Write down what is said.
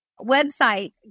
website